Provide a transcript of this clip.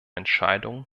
entscheidungen